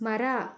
ಮರ